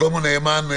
שלמה נאמן,